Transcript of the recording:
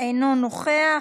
אינו נוכח.